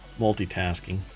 Multitasking